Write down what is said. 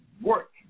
work